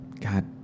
god